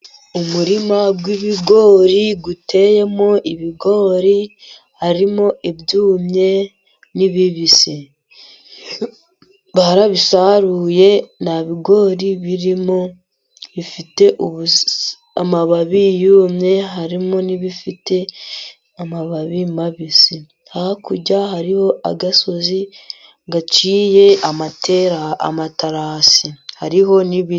Umurima w'ibigori uteyemo ibigori, harimo ibyumye n'ibibisi barabisaruye nta bigori birimo, bifite amababi yumye harimo n'ibifite amababi mabisi, hakurya hariho agasozi gaciye amatarasi hariho n'ibiti.